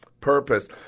purpose